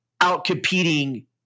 out-competing